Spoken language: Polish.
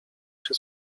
się